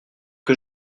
que